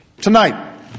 Tonight